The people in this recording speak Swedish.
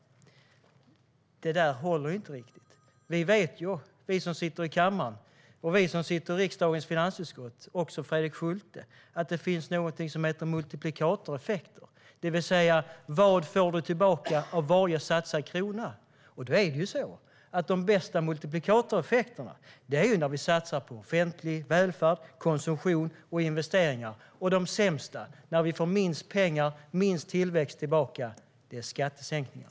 Det där håller ju inte riktigt. Vi som sitter i kammaren, vi som sitter i riksdagens finansutskott och även Fredrik Schulte vet ju att det finns någonting som heter multiplikatoreffekter, det vill säga vad man får tillbaka av varje satsad krona. De bästa multiplikatoreffekterna får vi av att satsa på offentlig välfärd, konsumtion och investeringar. De sämsta, när vi får minst pengar och minst tillväxt tillbaka, får vi av skattesänkningar.